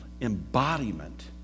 embodiment